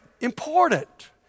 important